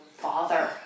Father